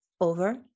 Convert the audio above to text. Over